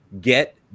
get